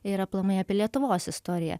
ir aplamai apie lietuvos istoriją